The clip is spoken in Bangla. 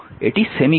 এটি সেমিকন্ডাক্টর